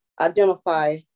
identify